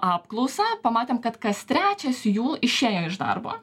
apklausą pamatėm kad kas trečias jų išėjo iš darbo